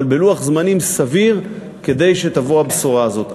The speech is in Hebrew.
אבל בלוח זמנים סביר, כדי שתבוא הבשורה הזאת.